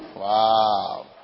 Wow